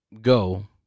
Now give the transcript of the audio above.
go